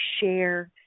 share